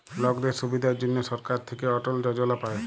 লকদের সুবিধার জনহ সরকার থাক্যে অটল যজলা পায়